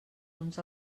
uns